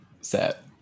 set